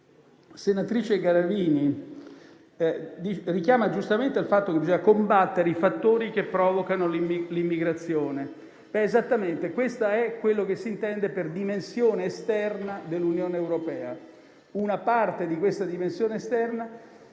senatrice Garavini richiama giustamente il fatto che bisogna combattere i fattori che provocano l'immigrazione. Questo è esattamente quello che si intende per dimensione esterna dell'Unione europea, una parte della quale significa